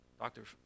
Doctors